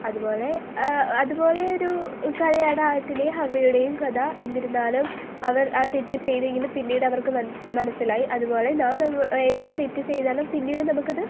അതുപോലെ അതുപോലെയൊരു കഥയാണ് ആദത്തിൻ്റേയും ഹവ്വയുടെയും കഥ എന്നിരുന്നാലും അവർ ആ തെറ്റ് ചെയ്തെങ്കിലും പിന്നീട് അവർക്ക് മനസ്സിലായി അതുപോലെ നാം ഏതെങ്കിലും തെറ്റ് ചെയ്താലും പിന്നീട് നമുക്കത്